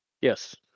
Yes